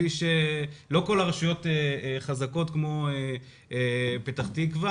לא כל הרשויות חזקות כמו פתח תקווה.